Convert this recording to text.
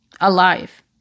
alive